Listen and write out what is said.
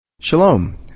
Shalom